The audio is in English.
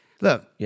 Look